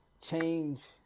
change